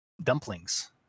dumplings